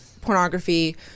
pornography